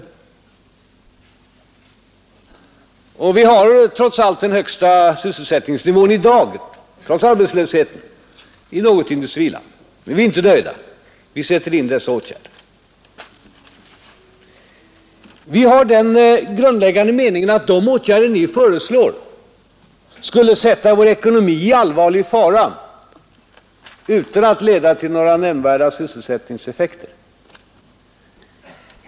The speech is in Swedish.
Sverige har i dag trots arbetslösheten en högre sysselsättningsnivå än något annat industriland. Men vi är inte nöjda. Vi sätter in åtgärder. Vi har den grundläggande meningen att de åtgärder ni föreslår skulle sätta vår ekonomi i allvarlig fara utan att leda till några nämnvärda sysselsättningseffekter.